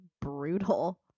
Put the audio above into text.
brutal